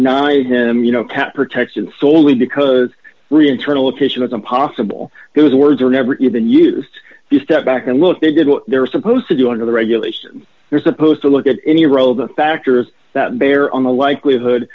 ny him you know cat protection foley because re internalization it's impossible because words are never even used to step back and look they did what they were supposed to do under the regulation they're supposed to look at any role the factors that bear on the likelihood